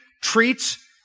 treats